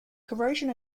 corrosion